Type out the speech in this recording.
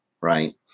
right